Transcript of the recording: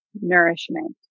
nourishment